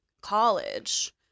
college